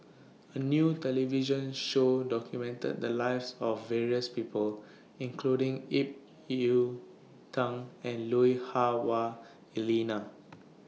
A New television Show documented The Lives of various People including Ip Yiu Tung and Lui Hah Wah Elena